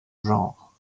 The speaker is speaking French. genre